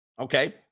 Okay